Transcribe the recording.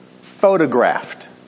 photographed